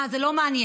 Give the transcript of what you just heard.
אה, זה לא מעניין?